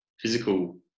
physical